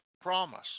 promise